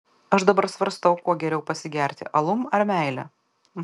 aš dabar svarstau kuo geriau pasigerti alum ar meile